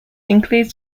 includes